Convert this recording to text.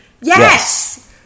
Yes